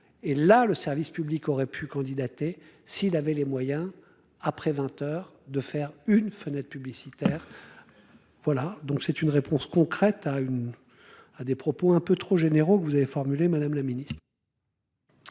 Et là, le service public aurait pu candidaté s'il avait les moyens. Après 20h de faire une fenêtre publicitaire. Voilà donc c'est une réponse concrète à une. À des propos un peu trop généraux que vous avez formulée Madame la Ministre.